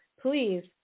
please